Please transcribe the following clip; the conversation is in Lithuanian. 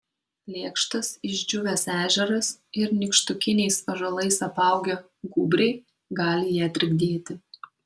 lėkštas išdžiūvęs ežeras ir nykštukiniais ąžuolais apaugę gūbriai gali ją trikdyti